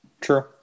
True